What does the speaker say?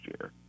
year